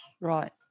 Right